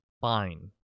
Fine